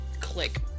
click